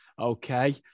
okay